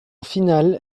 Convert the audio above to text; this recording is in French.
finale